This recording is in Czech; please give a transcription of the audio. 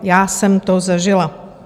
Já jsem to zažila.